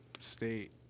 state